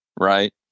right